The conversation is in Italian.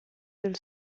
del